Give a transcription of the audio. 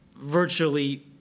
virtually